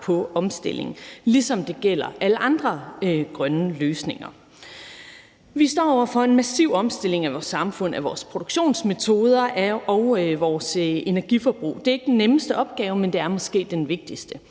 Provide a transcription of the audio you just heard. på omstillingen, ligesom det gælder alle andre grønne løsninger. Vi står over for en massiv omstilling af vores samfund, af vores produktionsmetoder og af vores energiforbrug. Det er ikke den nemmeste opgave, men det er måske den vigtigste.